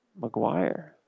McGuire